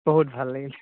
বহুত ভাল লাগিল